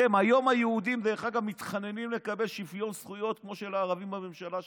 היום היהודים מתחננים לקבל שוויון זכויות כמו של הערבים בממשלה שלכם,